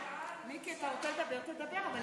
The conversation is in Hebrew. מיקי, אתה רוצה לדבר, תדבר.